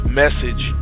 message